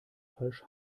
falsch